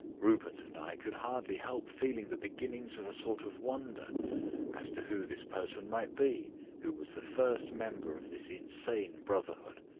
rupert and i could hardly help feeling the beginnings of a sort of wonder as to who this person might be who was the first member of this insane brotherhood.